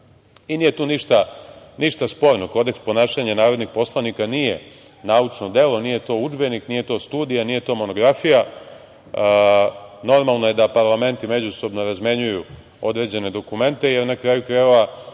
i nije tu ništa sporno. Kodeks ponašanja narodnih poslanika nije naučno delo, nije to udžbenik, nije to studija, nije to monografija. Normalno je da parlamenti međusobno razmenjuju određene dokumente jer na kraju krajeva